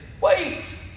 wait